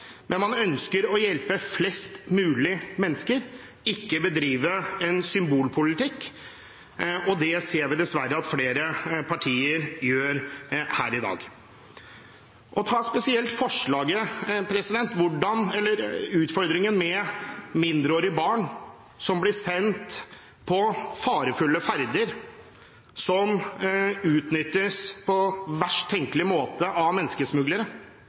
men man ønsker å hjelpe flest mulig mennesker, ikke bedrive en symbolpolitikk, og det ser vi dessverre at flere partier gjør her i dag. Ta utfordringen med mindreårige barn som blir sendt på farefulle ferder, og som utnyttes på verst tenkelige måte av menneskesmuglere: